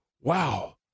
wow